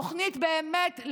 תוכנית באמת,